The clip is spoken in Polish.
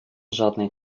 żadnej